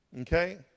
Okay